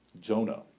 Jonah